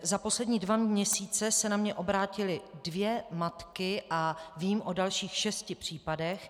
Za poslední dva měsíce se na mě obrátily dvě matky a vím o dalších šesti případech.